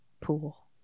pool